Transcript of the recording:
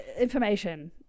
information